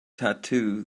tattoo